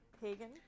pagan